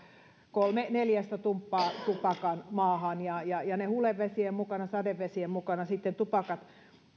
kolme neljästä tumppaa tupakan maahan ja ja hulevesien mukana sadevesien mukana sitten